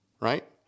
right